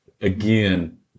again